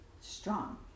strong